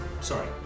Sorry